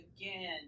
again